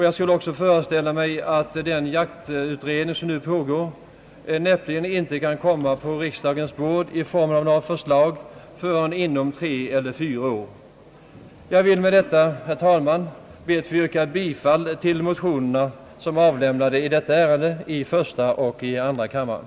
Jag skulle också föreställa mig att den jaktutredning som nu pågår näppeligen kan komma på riksdagens bord i form av något förslag förrän om tre eller fyra år. Jag ber med detta, herr talman, att få yrka bifall till de motioner som i detta ärende har väckts i första och andra kammaren.